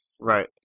Right